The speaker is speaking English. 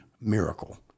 miracle